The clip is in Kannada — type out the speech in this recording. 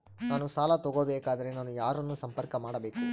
ನಾನು ಸಾಲ ತಗೋಬೇಕಾದರೆ ನಾನು ಯಾರನ್ನು ಸಂಪರ್ಕ ಮಾಡಬೇಕು?